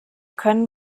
können